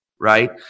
right